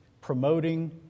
promoting